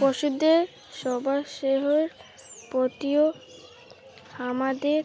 পশুদের স্বাস্থ্যের প্রতিও হামাদের